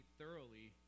thoroughly